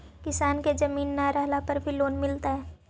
किसान के जमीन न रहला पर भी लोन मिलतइ?